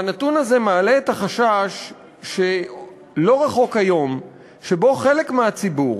והנתון הזה מעלה את החשש שלא רחוק היום שבו חלק מהציבור,